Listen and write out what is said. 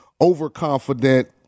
overconfident